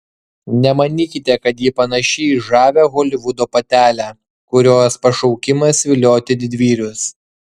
nemanykite kad ji panaši į žavią holivudo patelę kurios pašaukimas vilioti didvyrius